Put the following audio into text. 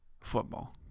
football